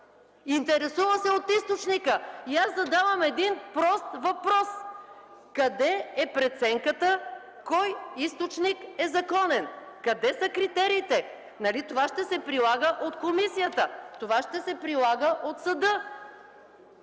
Интересува се от източника и аз задавам един прост въпрос: къде е преценката кой източник е законен? Къде са критериите? Нали това ще се прилага от комисията, това ще се прилага от съда?!